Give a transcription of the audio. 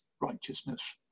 righteousness